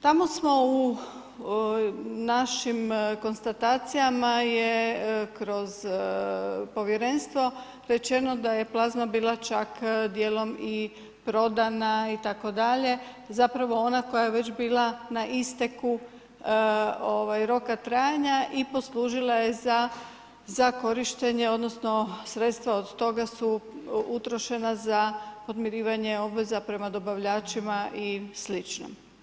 Tamo smo u našim konstatacijama je kroz povjerenstvo rečeno da je plazma bila čak dijelom i prodana itd., zapravo ona koje je već bila na isteku roka trajanja i poslužila je za korištenje odnosno sredstava od toga su utrošena za podmirivanje obveza prema dobavljačima i sl.